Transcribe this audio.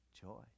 joy